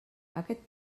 aquest